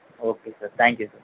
okay sir thank you sir